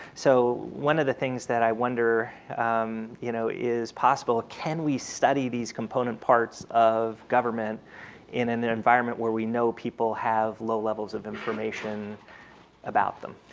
so one of the things that i wonder you know is possible can we study these component parts of government in an environment where we know people have low levels of information about them?